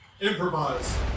Improvise